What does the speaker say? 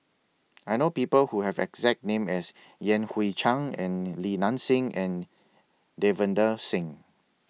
I know People Who Have The exact name as Yan Hui Chang and Li Nanxing and Davinder Singh